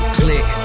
click